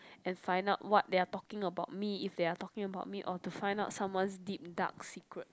and find out what they're talking about me if they're talking about me or to find out someone's deep dark secrets